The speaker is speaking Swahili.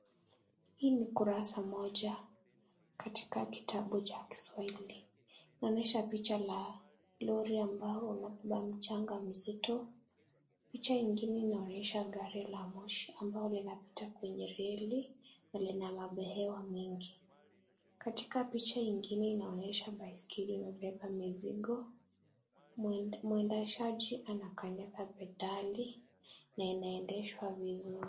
Hii ni ukurasa mmoja katika kitabu cha Kiswahili. Inaonyesha picha la lorry ambayo inabeba mchanga mzito. Picha ingine inaonyesha gari la moshi ambalo linapita kwenye reli na lina mabehewa mengi. Katika picha ingine inaonyesha baiskeli imebeba mizigo, mwendeshaji anakanyaga pedal na inaendeshwa vizuri.